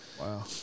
Wow